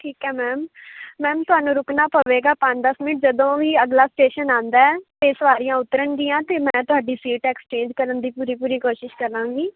ਠੀਕ ਹੈ ma'am ma'am ਤੁਹਾਨੂੰ ਰੁਕਣਾ ਪਵੇਗਾ ਪੰਜ ਦਸ ਮਿੰਟ ਜਦੋਂ ਵੀ ਅਗਲਾ ਸਟੇਸ਼ਨ ਆਉਂਦਾ ਤਾਂ ਸਵਾਰੀਆਂ ਉੱਤਰਨਗੀਆਂ ਤਾਂ ਮੈਂ ਤੁਹਾਡੀ ਸੀਟ ਐਕਸਚੇਂਜ ਕਰਨ ਦੀ ਪੂਰੀ ਪੂਰੀ ਕੋਸ਼ਿਸ਼ ਕਰਾਂਗੀ